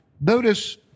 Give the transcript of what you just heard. notice